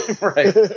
Right